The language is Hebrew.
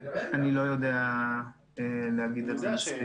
אני לא יודע להגיד על זה מספיק.